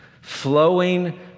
flowing